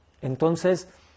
Entonces